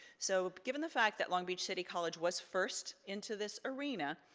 so, given the fact that long beach city college was first into this arena,